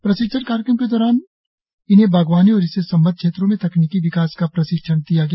प्रशिक्षण कार्यक्रम के दौरान इन्हें बागवानी और इससे सबंद्व क्षेत्रों में तकनिकी विकास का प्रशिक्षण दिया गया